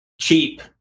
cheap